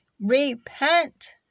Repent